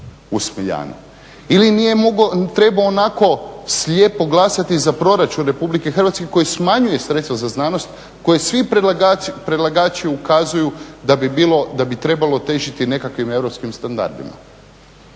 Smiljanu. Ili nije trebao onako slijepo glasati za proračun Republike Hrvatske koji smanjuje sredstva za znanost koje svi predlagači ukazuju da bi trebalo težiti nekakvim europskim standardima.